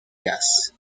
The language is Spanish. jazz